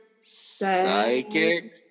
Psychic